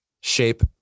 shape